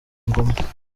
ngoma